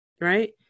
right